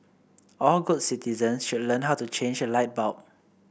all good citizens should learn how to change a light bulb